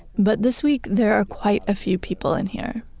but this week there are quite a few people in here.